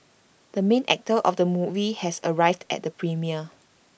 the main actor of the movie has arrived at the premiere